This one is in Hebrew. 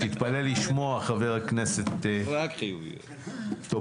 תתפלא לשמוע, חבר הכנסת טופורובסקי.